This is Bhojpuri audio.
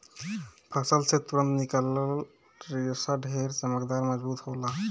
फसल से तुरंते निकलल रेशा ढेर चमकदार, मजबूत होला